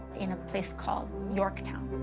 in a place called yorktown.